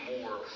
more